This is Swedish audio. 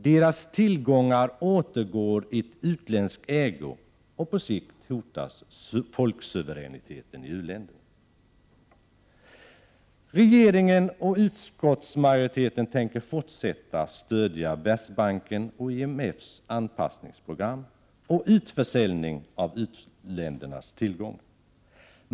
Deras tillgångar återgår i utländsk ägo, och på sikt hotas folksuveräniteten i u-länderna. Regeringen och utskottsmajoriteten tänker fortsätta att stödja Världsbanken och IMF:s anpassningprogram och utförsäljning av u-ländernas tillgångar.